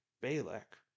Balak